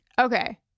Okay